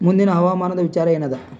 ಮುಂದಿನ ಹವಾಮಾನದ ವಿಚಾರ ಏನದ?